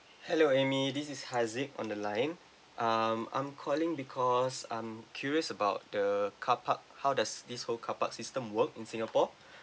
hello amy this is harzik on the line um I'm calling because I'm curious about the carpark how does this whole carpark system work in singapore